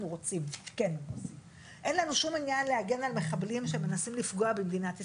אין לנו שום עניין להגן על מחבלים שמנסים לפגוע במדינת ישראל.